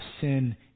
sin